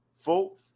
full